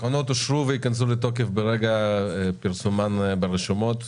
התקנות אושרו, וייכנסו לתוקף ברגע פרסומן ברשומות.